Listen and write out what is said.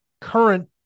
current